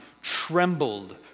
trembled